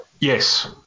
Yes